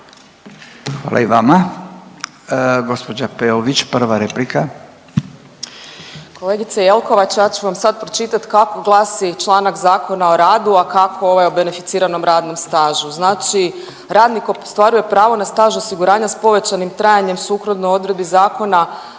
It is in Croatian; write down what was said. Hvala i vama. Gospođa Peović prva replika. **Peović, Katarina (RF)** Kolegice Jelkovac ja ću vam sad pročitati kako glasi članak Zakona o radu, a kako ovaj o beneficiranom radnom stažu. Znači radnik ostvaruje pravo na staž osiguranja s povećanim trajanjem sukladno odredbi zakona